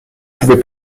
pouvez